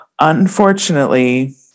unfortunately